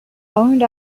owned